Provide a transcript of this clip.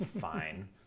Fine